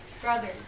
Brothers